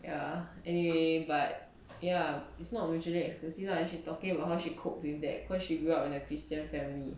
ya anyway but ya it's not mutually exclusive lah and she's talking about how she cope doing that cause she grew up in a christian family